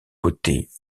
côtés